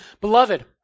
beloved